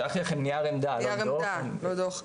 שלחתי לכם נייר עמדה, לא דוח.